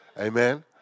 Amen